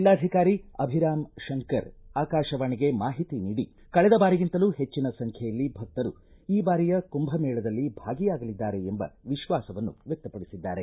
ಜಿಲ್ಲಾಧಿಕಾರಿ ಅಭಿರಾಂ ಶಂಕರ್ ಆಕಾಶವಾಣಿಗೆ ಮಾಹಿತಿ ನೀಡಿ ಕಳೆದ ಬಾರಿಗಿಂತಲೂ ಹೆಟ್ಟನ ಸಂಬ್ದೆಯಲ್ಲಿ ಭಕ್ತರು ಈ ಬಾರಿಯ ಕುಂಭಮೇಳದಲ್ಲಿ ಭಾಗಿಯಾಗಲಿದ್ದಾರೆ ಎಂಬ ವಿಶ್ವಾಸವನ್ನು ವ್ಯಕ್ತಪಡಿಸಿದರು